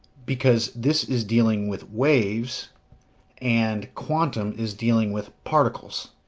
because this is dealing with waves and quantum is dealing with particles.